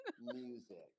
music